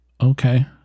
Okay